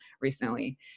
recently